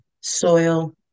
soil